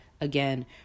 again